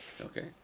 Okay